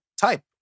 type